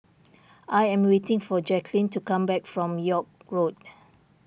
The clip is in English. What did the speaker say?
I am waiting for Jacklyn to come back from York Road